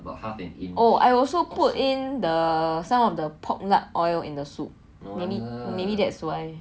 oh I also put in the some of the pork lard oil in the soup maybe maybe that's why